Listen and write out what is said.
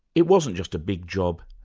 it wasn't just a big job,